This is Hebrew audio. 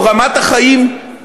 או רמת החיים,